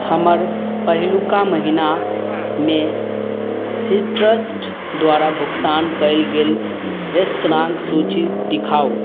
हमर पहिलुका महिनामे सीट्रस्ड द्वारा भुगतान कएल गेल रेस्तराँके सूची देखाउ